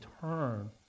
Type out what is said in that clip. turn